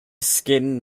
skin